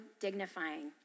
dignifying